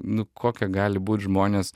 nu kokie gali būt žmonės